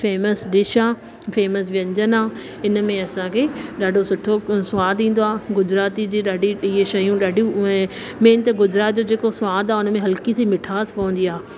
famous dish आ famous व्यंजन आ इनमें असांखे ॾाढो सुठो क स्वाद ईंदो आ गुजरात जी ॾाढी इए शयूं ॾाढियूं उए मेन त गुजरात जो जेको सवादु आहे उनमें हल्की सी मिठास पवंदी आहे